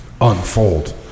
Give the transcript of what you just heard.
unfold